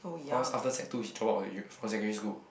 cause after sec two he drop out of the u~ from secondary school